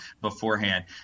beforehand